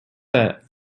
that